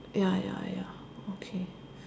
ya ya ya okay